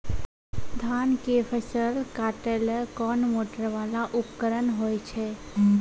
धान के फसल काटैले कोन मोटरवाला उपकरण होय छै?